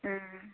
ꯎꯝ